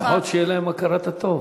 לפחות שתהיה להם הכרת הטוב.